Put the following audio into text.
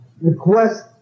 request